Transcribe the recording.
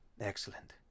Excellent